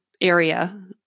area